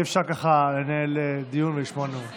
אי-אפשר ככה לנהל דיון ולשמוע נאום.